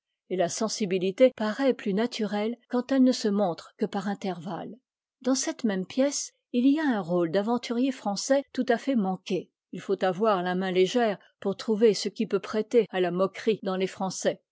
et la sensibilité paraît plus naturelle quand elle ne se montre que par intervalles dans cette même pièce il y a un rôle d'aventurier français tout à fait manqué il faut avoir la main légère pour trouver ce qui peut prêter à la moquerie dans les français